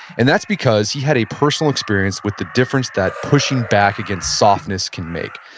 and that's because he had a personal experience with the difference that pushing back against softness could make.